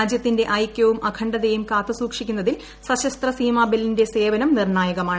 രാജൃത്തിന്റെ ഐക്യവും അഖണ്ഡതയും കാത്തുസൂക്ഷിക്കുന്നതിൽ സശസ്ത്ര സീമാ ബല്ലിന്റെ സേവനം നിർണ്ണായകമാണ്